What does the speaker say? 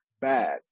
bad